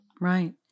right